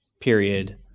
period